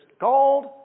gold